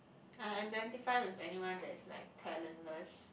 ah and then define with anyone that is like talentless